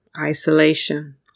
isolation